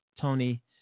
Tony